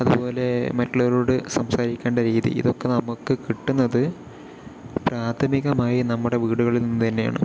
അതുപോലെ മറ്റുള്ളവരോട് സംസാരിക്കണ്ട രീതി ഇതൊക്കെ നമ്മക്ക് കിട്ടുന്നത് പ്രാഥമികമായി നമ്മുടെ വീടുകളിൽ നിന്ന് തന്നെയാണ്